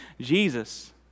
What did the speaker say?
Jesus